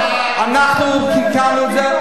אנחנו הקמנו את זה.